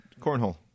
Cornhole